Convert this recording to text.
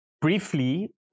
briefly